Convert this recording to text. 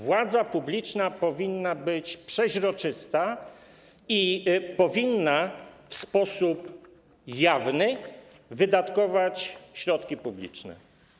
Władza publiczna powinna być przezroczysta i powinna w sposób jawny wydatkować środki publiczne.